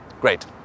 Great